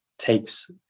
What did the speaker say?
takes